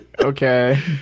Okay